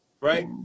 Right